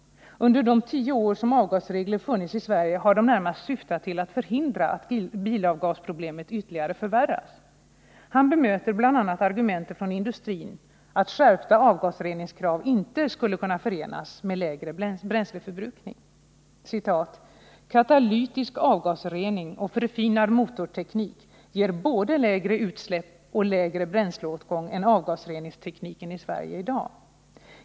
Under de tio år som avgasregler funnits i Sverige har de närmast syftat till att förhindra att bilavgasproblemet ytterligare förvärras. Han bemöter bl.a. argumentet från industrin att skärpta avgasreningskrav inte skulle kunna förenas med lägre bränsleförbrukning, genom att framhålla följande: ”Katalytisk avgasrening och förfinad motorteknik ger både lägre utsläpp och lägre bränsleåtgång än avgasreningstekniken i Sverige idag.